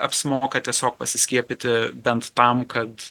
apsimoka tiesiog pasiskiepyti bent tam kad